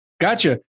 Gotcha